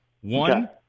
One –